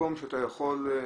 מקום שאתה יכול,